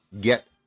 get